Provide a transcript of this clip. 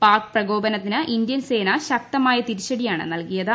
പാക് പ്രകോപനത്തിന് ഇന്ത്യൻ സേന ശക്തമായ തിരിച്ചടിയാണ് നൽകിയത്